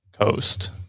Coast